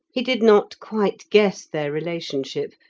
he did not quite guess their relationship,